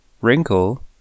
wrinkle